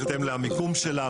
בהתאם למיקום שלה,